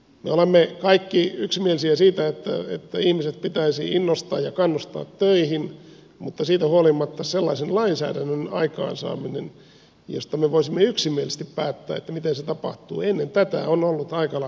me olemme kaikki yksimielisiä siitä että ihmisiä pitäisi innostaa ja kannustaa töihin mutta siitä huolimatta sellaisen lainsäädännön aikaansaaminen että me voisimme yksimielisesti päättää miten se tapahtuu ennen tätä on ollut aika lailla rajoitettua